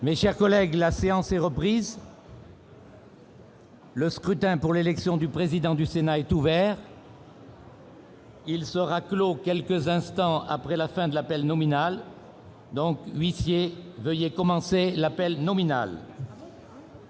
pour dix minutes. La séance est reprise. Le scrutin pour l'élection du président du Sénat est ouvert. Il sera clos quelques instants après la fin de l'appel nominal. Huissiers, veuillez commencer l'appel nominal.